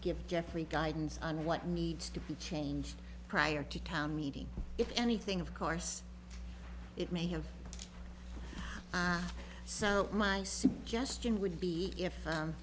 give jeffrey guidance on what needs to be changed prior to town meeting if anything of course it may have so my suggestion would be if